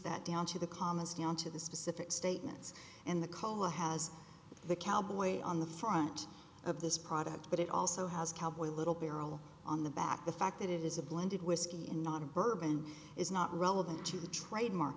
that down to the commas down to the specific statements and the color has the cowboy on the front of this product but it also has cowboy little barrel on the back the fact that it is a blended whiskey and not a bourbon is not relevant to the trademark